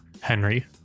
Henry